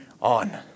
on